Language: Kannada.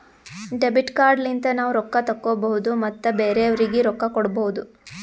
ಡೆಬಿಟ್ ಕಾರ್ಡ್ ಲಿಂತ ನಾವ್ ರೊಕ್ಕಾ ತೆಕ್ಕೋಭೌದು ಮತ್ ಬೇರೆಯವ್ರಿಗಿ ರೊಕ್ಕಾ ಕೊಡ್ಭೌದು